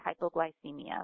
hypoglycemia